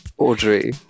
Audrey